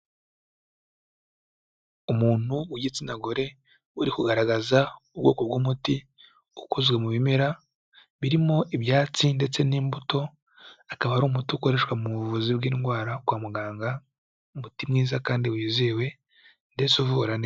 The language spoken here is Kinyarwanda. Umuntu w'igitsina gore uri kugaragaza ubwoko bw'umuti ukozwe mu bimera birimo ibyatsi ndetse n'imbuto, akaba ari umuti ukoreshwa mu buvuzi bw'indwara kwa muganga, umuti mwiza kandi wizewe ndetse uvura neza.